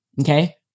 Okay